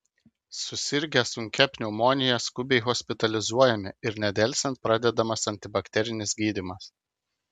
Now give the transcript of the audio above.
susirgę sunkia pneumonija skubiai hospitalizuojami ir nedelsiant pradedamas antibakterinis gydymas